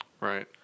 Right